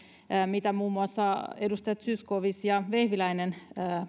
mitä muun muassa edustajat zyskowicz ja vehviläinen